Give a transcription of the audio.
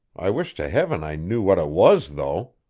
i wish to heaven i knew what it was, though.